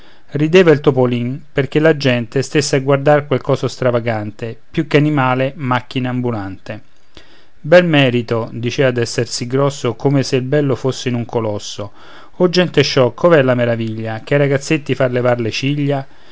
rideva il topolin perché la gente stesse a guardar quel coso stravagante più che animale macchina ambulante bel merito dicea d'esser sì grosso come se il bello fosse in un colosso o gente sciocca ov'è la meraviglia che ai ragazzetti fa levar le ciglia